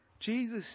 Jesus